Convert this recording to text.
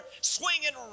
swinging